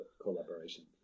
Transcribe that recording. collaboration